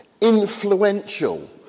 influential